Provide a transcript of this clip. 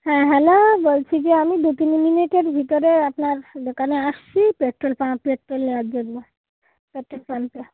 হ্যাঁ হ্যালো বলছি যে আমি দু তিন মিনিটের ভিতরে আপনার দোকানে আসছি পেট্রোল পাম্প পেট্রোল নেওয়ার জন্য পেট্রোল পাম্পে